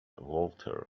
walter